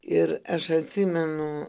ir aš atsimenu